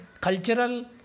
cultural